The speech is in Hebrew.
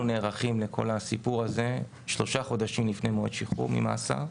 אנחנו נערכים לכל הסיפור הזה שלושה חודשים לפני מועד השחרור ממאסר.